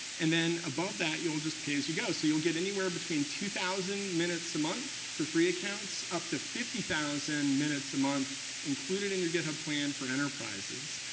and then above that, you'll just pay as you go. so you'll get anywhere between two thousand minutes a month for free accounts up to fifty thousand minutes a month included in your github plan for enterprises.